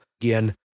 again